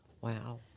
Wow